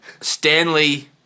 Stanley